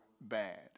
bad